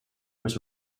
was